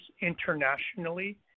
internationally